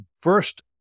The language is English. First